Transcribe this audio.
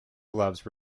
gloves